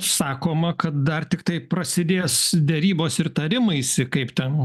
sakoma kad dar tiktai prasidės derybos ir tarimaisi kaip tem